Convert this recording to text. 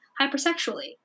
hypersexually